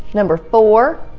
number four,